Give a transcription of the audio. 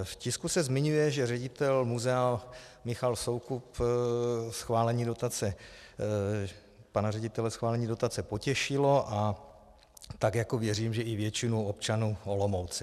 V tisku se zmiňuje, že ředitel muzea Michal Soukup schválení dotace... pana ředitele schválení dotace potěšilo, a tak jako věřím, že i většinu občanů v Olomouci.